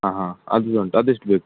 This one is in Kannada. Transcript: ಹಾಂ ಹಾಂ ಅದು ಉಂಟು ಅದು ಎಷ್ಟು ಬೇಕು